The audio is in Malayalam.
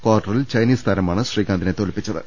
കാർട്ടറിൽ ഇന്നലെ ചൈനീസ് താരമാണ് ശ്രീകാന്തിനെ തോൽപ്പിച്ചത്